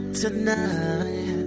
tonight